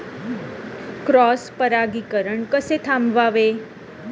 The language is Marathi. क्रॉस परागीकरण कसे थांबवावे?